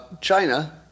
China